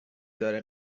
داره